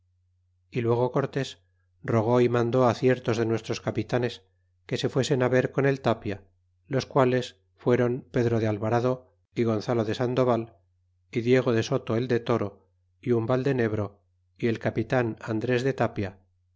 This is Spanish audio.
y luego cortes rogó y mandó ciertos de nuestros capitanes que se fuesen ver con el tapia los quales fueron pedro de alvarado y gonzalo de sandoval y diego de soto el de toro y un yaldenebro y el capitan andres de tapia